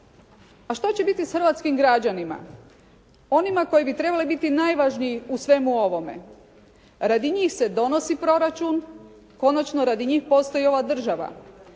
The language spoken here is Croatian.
A što će biti sa hrvatskim građanima onima koji bi trebali biti najvažniji u svemu ovome? Radi njih se donosi proračun, konačno radi njih postoji i ova država,